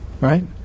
right